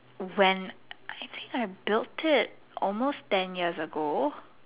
when I I I think I built it almost ten years ago